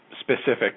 specific